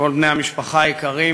כל בני המשפחה היקרים,